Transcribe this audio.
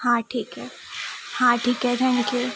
हां ठीक आहे हां ठीक आहे थँक्यू